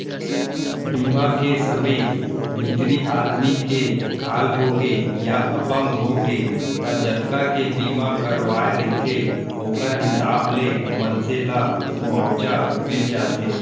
बीमा के समे भितरी आदमी के काल होगे या अपंग होगे त जतका के बीमा करवाए रहिथे ओखर हिसाब ले मनसे ल मुवाजा मिल जाथे